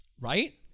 Right